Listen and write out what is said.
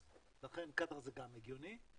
לכן קטאר זה גם הגיוני,